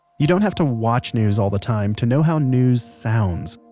you don't have to watch news all the time to know how news sounds.